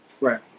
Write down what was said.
Right